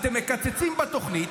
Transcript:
אתם מקצצים בתוכנית,